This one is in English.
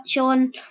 on